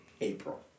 April